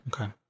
Okay